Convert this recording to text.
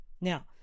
Now